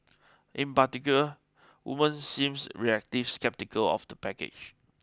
in particular women seemes reactive sceptical of the package